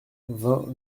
vingt